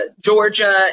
Georgia